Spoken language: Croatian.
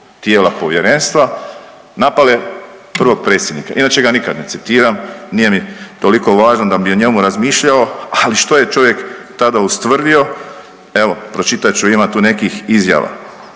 tijela povjerenstva napale prvog predsjednika. Inače ga nikad ne citiram, nije mi toliko važan da bi o njemu razmišljao, ali što je čovjek tada ustvrdio evo pročitat ću, ima tu nekih izjava.